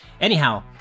Anyhow